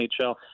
NHL